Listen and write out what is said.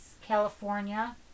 California